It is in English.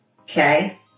Okay